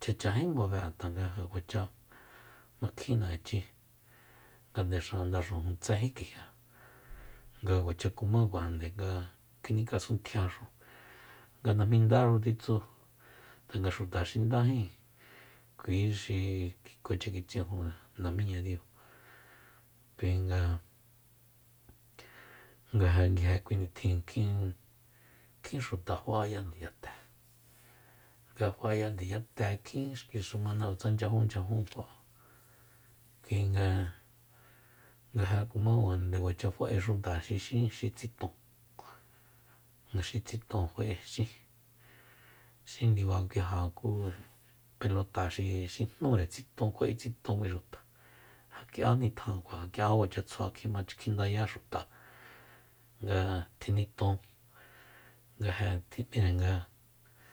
chachanjimave'an tanga ja kuacha makjinna ichí nga nde ndaxujun tséjí kiji'an nga kuacha kumakuajande nga kinik'asuntjiaxu nga najmí ndáxu tjitsu tanga xuta xi ndajin kui xi kuacha kitsijun namiña diu kuinga nga ja nguije kui nitjin kjin- kjin xuta fa'aya ndiyate nga fa'aya ndiyate kjin xki xumanáa tsa nchyajunchyajun kuinga nga jakuma nde kuacha fa'e xuta xi xín xi tsiton xi tsiton fa'e xin ndiba kuija ku pelota xi- xi jnúre tsiton kjua'e tsiton kui xuta ja k'ia nitjankua ja k'ia kuacha tsjua kjima inchya kjindaya xuta nga tjiniton nga ja tjim'íre nga